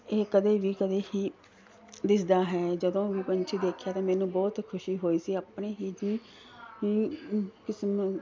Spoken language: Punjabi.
ਇਹ ਕਦੇ ਵੀ ਕਦੇ ਹੀ ਦਿਸਦਾ ਹੈ ਜਦੋਂ ਵੀ ਪੰਛੀ ਦੇਖਿਆ ਤਾਂ ਮੈਨੂੰ ਬਹੁਤ ਖੁਸ਼ੀ ਹੋਈ ਸੀ ਆਪਣੇ ਹੀ ਜੀ ਕਿਸਮਤ